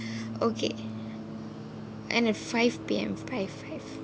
okay end at five P_M by five